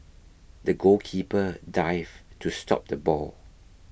the goalkeeper dived to stop the ball